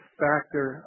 factor